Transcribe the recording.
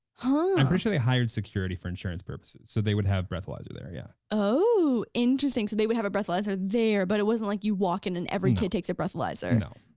i'm pretty sure they hired security for insurance purposes, so they would have breathalyzer there, yeah. oh, interesting, so they would have a breathalyzer there but it wasn't like you walk in and every kid takes a breathalyzer. no.